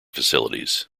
facilities